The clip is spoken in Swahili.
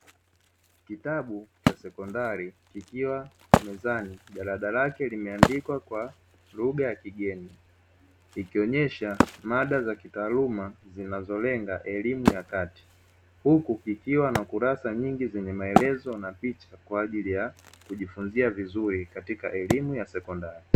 Kitabu cha sekondari ikiwa mezani elimu ya kati huku kikiwa na kurasa nyingi, zenye maelezo na picha kwa ajili ya kujifunza vizuri katika elimu ya sekondari.